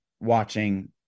watching